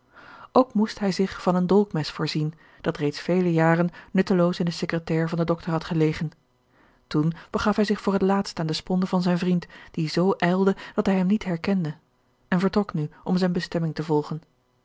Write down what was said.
ook moest bij zich van een dolkmes voorzien dat reeds vele jaren nutteloos in de secretaire van den doctor had gelegen toen begaf hij zich voor het laatst aan de sponde van zijn vriend die z ijlde dat hij hem niet herkende en vertrok nu om zijne bestemming te volgen